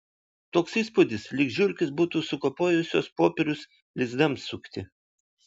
toks įspūdis lyg žiurkės būtų sukapojusios popierius lizdams sukti